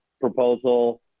proposal